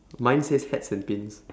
mine says hats and pins